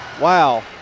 Wow